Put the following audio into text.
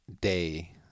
day